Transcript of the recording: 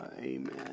amen